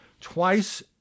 Twice